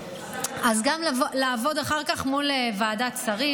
אז גם לעבוד אחר כך מול ועדת שרים,